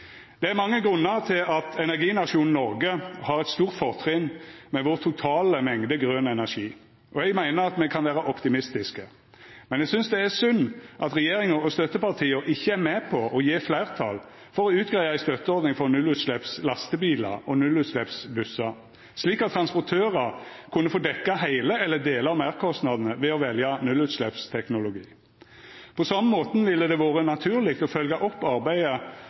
Det er mange grunnar til at energinasjonen Noreg har eit stort fortrinn med vår totale mengde grøn energi, og eg meiner at me med kan vera optimistiske. Men eg synest det er synd at regjeringa og støttepartia ikkje er med på å gje fleirtal for å utgreia ei støtteordning for nullutsleppslastebilar og nullutsleppsbussar, slik at transportørar kunne få dekka heile eller delar av meirkostnadane ved å velja nullutsleppsteknologi. På same måten ville det vore naturleg å følgja opp arbeidet